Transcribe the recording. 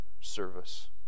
service